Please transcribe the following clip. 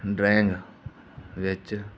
drawing ਵਿੱਚ